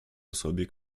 osobie